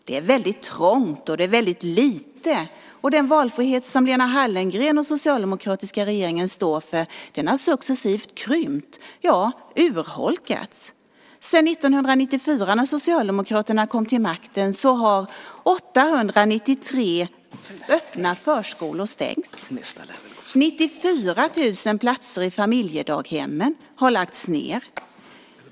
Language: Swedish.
Det är väldigt trångt, och det är väldigt lite. Och den valfrihet som Lena Hallengren och den socialdemokratiska regeringen står för har successivt krympt, ja, den har urholkats. Sedan 1994 då Socialdemokraterna kom till makten har 893 öppna förskolor stängt. 94 000 platser i familjedaghemmen har lagts ned.